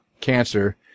cancer